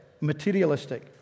materialistic